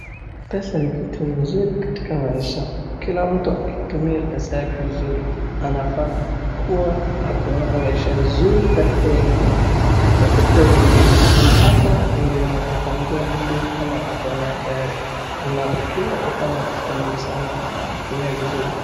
Pesa ni kitu nzuri katika maisha kila mtu akitumia pesa yake vizuri anafaa kuwa ako na maisha nzuri katika wengine na hapo ndio utamjua mtu kama ako nayo tayari na ukiwa uko na pesa nyingi sana tumia vizuri.